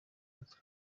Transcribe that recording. mutwe